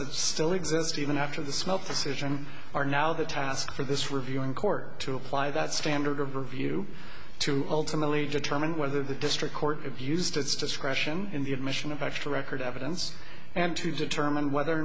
that still exist even after the smoke decision are now the task for this reviewing court to apply that standard of review to ultimately determine whether the district court abused its discretion in the admission of actual record evidence and to determine whether or